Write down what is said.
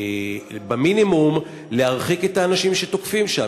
ומינימום להרחיק את האנשים שתוקפים שם.